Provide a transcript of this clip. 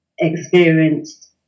experienced